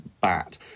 bat